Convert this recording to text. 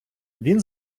він